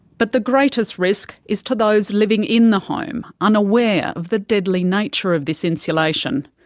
but the greatest risk is to those living in the home, unaware of the deadly nature of this insulation.